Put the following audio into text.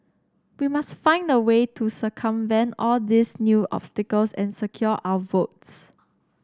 we must find a way to circumvent all these new obstacles and secure our votes